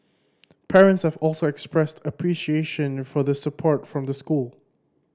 parents have also expressed appreciation for the support from the school